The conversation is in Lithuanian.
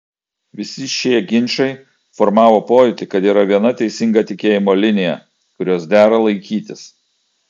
visi šie ginčai formavo pojūtį kad yra viena teisinga tikėjimo linija kurios dera laikytis